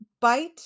bite